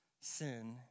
sin